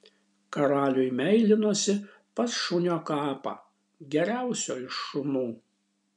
karaliui meilinosi pas šunio kapą geriausio iš šunų